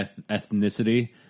ethnicity